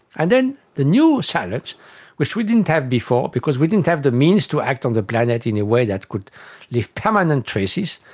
and then the new challenge which we didn't have before because we didn't have the means to act on the planet in a way that could leave permanent traces,